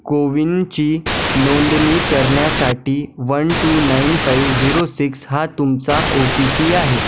कोविनची नोंदणी करण्यासाठी one two nine five zero six हा तुमचा ओ टी पी आहे